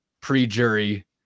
pre-jury